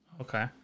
okay